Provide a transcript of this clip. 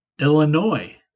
Illinois